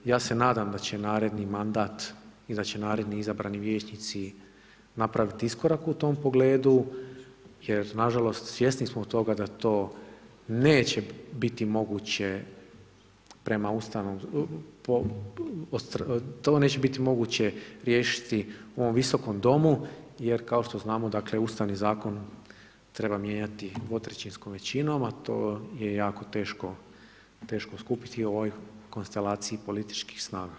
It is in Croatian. Ja se nadam da će naredni mandat i da će naredni izabrani vijećnici napravit iskorak u tom pogledu jer nažalost svjesni smo toga da to neće biti moguće riješiti u ovom Visokom domu jer kao što znamo, dakle, Ustavni zakon treba mijenjati 2/3 većinom, a to je jako teško, teško skupiti u ovoj konstelaciji političkih snaga.